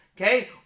Okay